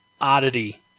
oddity